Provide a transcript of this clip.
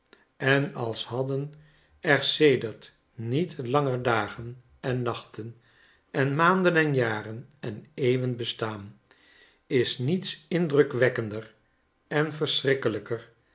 en als hadden er sedert niet langer dagen en nachten en maanden en jaren en eeuwen bestaan is niets indrukwekkender en verschrikkelijker